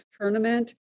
tournament